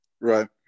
Right